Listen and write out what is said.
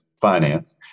finance